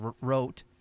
wrote